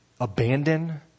abandon